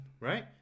Right